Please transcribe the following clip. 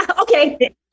Okay